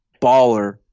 baller